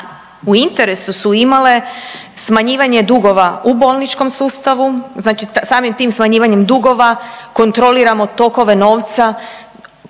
u interesu su imale smanjivale dugova u bolničkom sustavu, znači samim tim smanjivanjem dugova kontroliramo tokove novca,